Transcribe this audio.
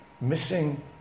Missing